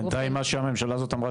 בינתיים מה שהממשלה הזאת אמרה,